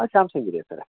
ಹಾಂ ಸ್ಯಾಮ್ಸಂಗ್ ಇದೆ ಸರ